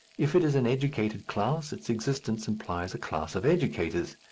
if it is an educated class, its existence implies a class of educators,